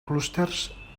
clústers